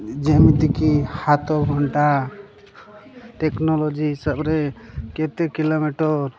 ଯେମିତିକି ହାତ ଘଣ୍ଟା ଟେକ୍ନୋଲୋଜି ହିସାବରେ କେତେ କିଲୋମିଟର